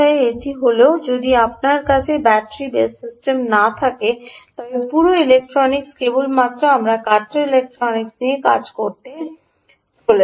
এটির অর্থ হল যদি আপনার কাছে ব্যাটারি বেস সিস্টেম না থাকে তবে পুরো ইলেক্ট্রনিক্স কেবলমাত্র আমার কাটার ইলেক্ট্রনিক্স নিয়ে কাজ করতে চলেছে